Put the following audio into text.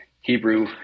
hebrew